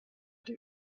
die